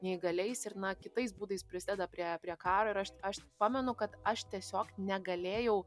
neįgaliais ir na kitais būdais prisideda prie prie karo ir aš aš pamenu kad aš tiesiog negalėjau